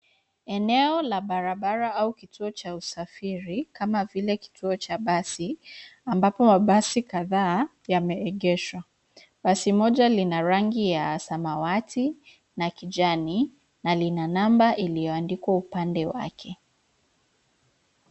Eneo la barabara au kituo cha usafiri kama vile kituo cha basi ambapo mabasi kadhaa yameegeshwa. Basi moja lina rangi ya samawati na kijani na lina namba iliyoandikwa upande wake.